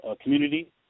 Community